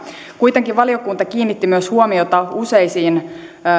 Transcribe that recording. kuitenkin valiokunta kiinnitti myös huomiota useisiin